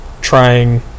Trying